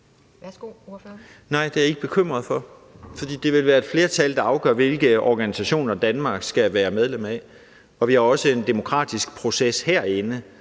Mortensen (S): Nej, det er jeg ikke bekymret for, for det vil være et flertal, der afgør, hvilke organisationer Danmark skal være medlem af. Og vi har også en demokratisk proces herinde,